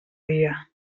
dia